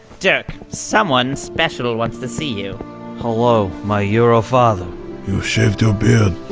dirk, someone special wants to see you hello, my euro father you shaved your beard,